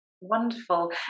Wonderful